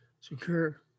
secure